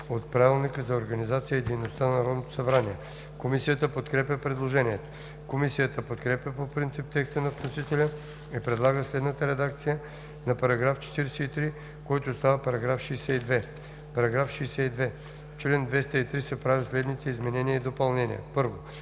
от Правилника за организацията и дейността на Народното събрание. Комисията подкрепя предложението. Комисията подкрепя по принцип текста на вносителя и предлага следната редакция на § 43, който става § 62: „§ 62. В чл. 203 се правят следните изменения и допълнения: 1.